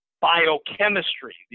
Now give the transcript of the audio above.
biochemistry